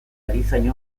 erizain